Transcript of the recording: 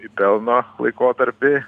į pelno laikotarpį